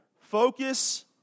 Focus